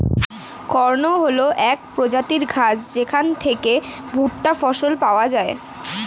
corn হল এক প্রজাতির ঘাস যেখান থেকে ভুট্টা ফসল পাওয়া যায়